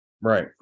Right